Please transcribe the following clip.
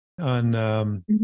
on